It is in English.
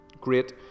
Great